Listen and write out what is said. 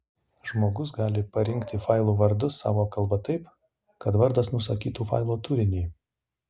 žmogus gali parinkti failų vardus savo kalba taip kad vardas nusakytų failo turinį